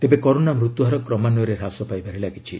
ତେବେ କରୋନା ମୃତ୍ୟୁହାର କ୍ରମାନ୍ସୟରେ ହ୍ରାସ ପାଇବାରେ ଲାଗିଛି